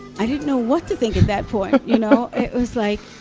i didn't know what to think at that point. you know it was like,